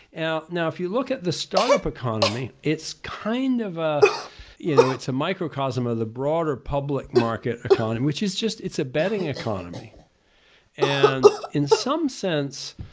now now if you look at the startup economy, it's kind of ah you know it's a microcosm of the broader public market economy which is just a betting economy and in some sense,